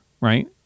right